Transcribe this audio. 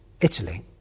Italy